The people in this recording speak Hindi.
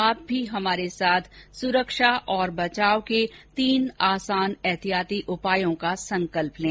आप भी हमारे साथ सुरक्षा और बचाव के तीन आसान एहतियाती उपायों का संकल्प लें